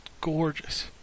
gorgeous